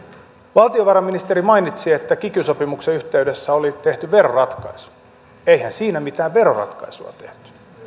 valtiovarainministeri mainitsi että kiky sopimuksen yhteydessä oli tehty veroratkaisu eihän siinä mitään veroratkaisua tehty